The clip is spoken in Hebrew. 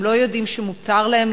הם לא יודעים שמותר להם,